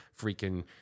freaking